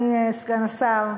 אדוני סגן השר,